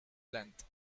length